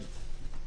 פה אחד.